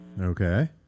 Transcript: Okay